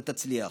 אתה תצליח.